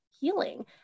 healing